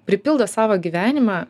pripildo savo gyvenimą